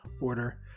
order